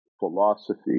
philosophy